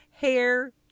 hair